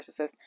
narcissist